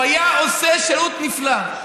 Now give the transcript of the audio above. הוא היה עושה שירות נפלא.